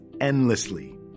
endlessly